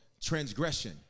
Transgression